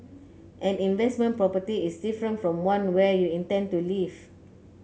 an investment property is different from one where you intend to live